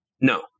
No